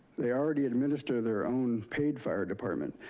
they already administer their own paid fire department.